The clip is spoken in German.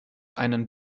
einen